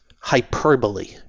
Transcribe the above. hyperbole